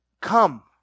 come